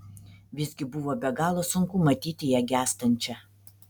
visgi buvo be galo sunku matyti ją gęstančią